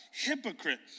Hypocrite